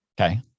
Okay